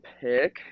pick